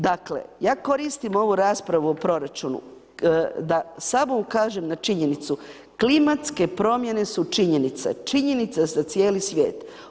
Dakle, ja koristim ovu raspravu o proračunu da samo ukažem na činjenicu klimatske promjene su činjenice, činjenice za cijeli svijet.